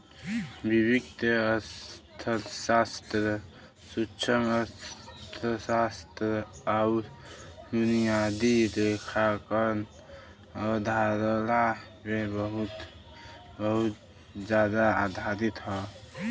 वित्तीय अर्थशास्त्र सूक्ष्मअर्थशास्त्र आउर बुनियादी लेखांकन अवधारणा पे बहुत जादा आधारित हौ